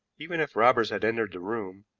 even if robbers had entered the room,